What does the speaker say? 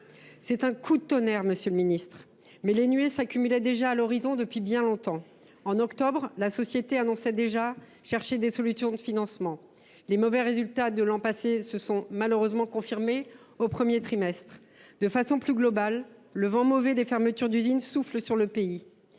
Cependant, monsieur le ministre, les nuées s’accumulaient déjà à l’horizon depuis bien longtemps. Ainsi, en octobre, l’entreprise annonçait déjà chercher des solutions de financement. Les mauvais résultats de l’an passé se sont malheureusement confirmés au premier trimestre 2024. De façon plus globale, le vent mauvais des fermetures d’usines souffle sur le pays.